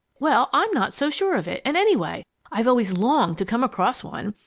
well, i'm not so sure of it, and anyway, i've always longed to come across one!